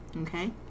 okay